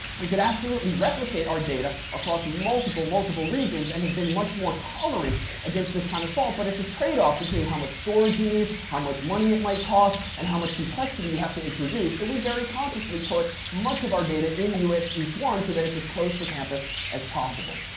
we could absolutely replicate our data across multiple, multiple regions, and have been much more tolerant against this kind of fault, but it's a trade-off between how much storage you need, how much money it might cost, and how much complexity you have to introduce. so we very consciously put much of our data in us east one so that it's it's close to campus as possible.